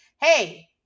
Hey